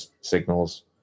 signals